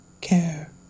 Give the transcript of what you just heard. care